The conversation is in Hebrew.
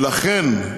ולכן,